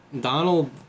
donald